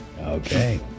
Okay